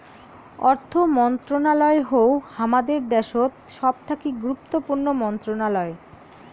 অর্থ মন্ত্রণালয় হউ হামাদের দ্যাশোত সবথাকি গুরুত্বপূর্ণ মন্ত্রণালয়